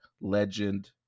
Legend